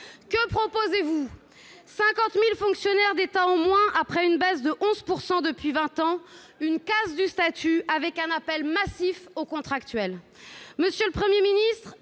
Que proposez-vous ? Cinquante mille fonctionnaires d'État en moins, après une baisse de 11 % depuis vingt ans, une casse du statut avec un appel massif aux contractuels.